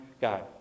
God